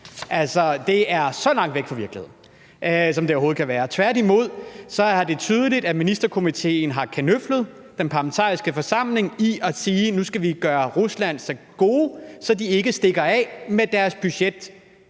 det er så langt væk fra virkeligheden, som det overhovedet kan være. Tværtimod har det været tydeligt, at Ministerkomiteen har kanøflet den Parlamentariske Forsamling ved at sige, at nu skal vi gøre Rusland så gode, så de ikke stikker af med deres budget